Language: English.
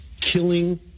killing